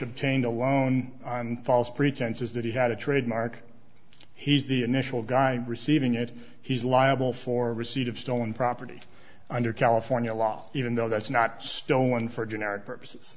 obtained a loan on false pretenses that he had a trademark he's the initial guy receiving it he's liable for receipt of stolen property under california law even though that's not stolen for generic purposes